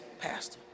pastor